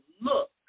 look